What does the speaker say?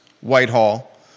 Whitehall